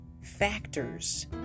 factors